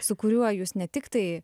su kuriuo jūs ne tiktai